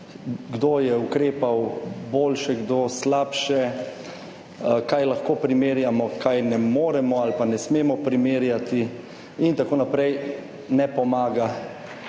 kdo je ukrepal boljše, kdo slabše, kaj lahko primerjamo, kaj ne moremo ali pa ne smemo primerjati in tako naprej, ne pomaga